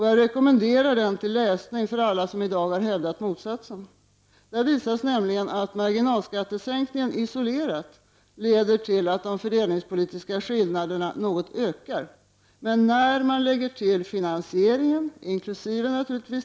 Jag rekommenderar den till läsning för alla som i dag hävdat motsatsen. Där visas nämligen att marginalskattesänkningen isolerat leder till att de fördelningspolitiska skillnaderna ökar något, men när finansieringen inkl.